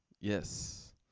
yes